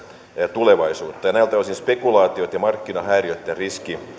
tulevaisuutta ja näiltä osin spekulaatiot ja markkinahäiriöitten riski